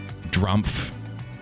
Drumpf